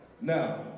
Now